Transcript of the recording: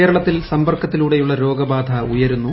കേരളത്തിൽ സമ്പർക്കത്തിലൂടെയുള്ള രോഗബാധ ഉയരുന്നു